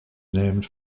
named